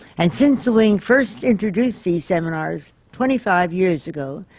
and since the wing first introduced these seminars, twenty five years ago,